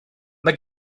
mae